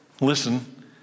listen